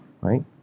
right